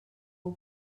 heu